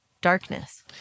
darkness